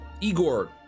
Igor